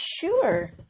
sure